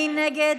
מי נגד?